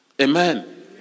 Amen